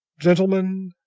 gentlemen,